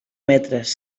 metres